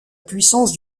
puissance